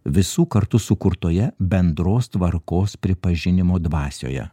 visų kartu sukurtoje bendros tvarkos pripažinimo dvasioje